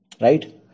Right